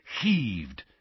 heaved